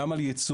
גם על ייצור,